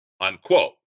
unquote